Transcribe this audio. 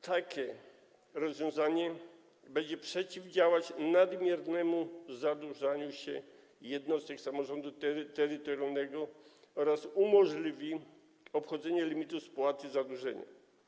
Takie rozwiązanie będzie przeciwdziałać nadmiernemu zadłużaniu się jednostek samorządu terytorialnego oraz umożliwi obchodzenie limitu spłaty zadłużenia.